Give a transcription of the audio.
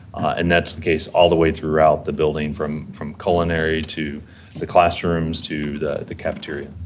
and that's the case all the way throughout the building, from from culinary to the classrooms to the the cafeteria.